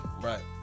Right